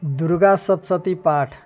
दुर्गा सप्तशती पाठ